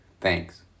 Thanks